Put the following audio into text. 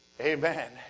Amen